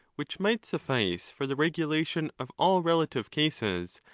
which might suffice for the regulation of all relative cases,